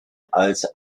als